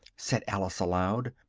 said alice aloud,